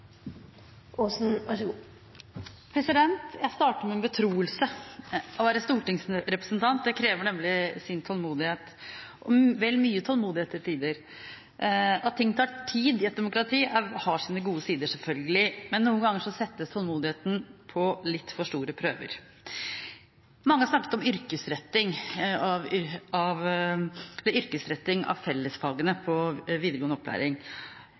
Jeg starter med en betroelse: Å være stortingsrepresentant krever tålmodighet – til tider vel mye tålmodighet. At ting tar tid i et demokrati, har sine gode sider, selvfølgelig, men noen ganger settes tålmodigheten på litt for store prøver. Mange har snakket om yrkesretting av fellesfagene i videregående opplæring. En egen yrkesrettet eksamen i engelsk i yrkesfag er en sak som har satt tålmodigheten på